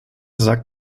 sagt